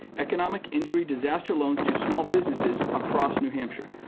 economic injury disaster loans to small businesses across new hampshire.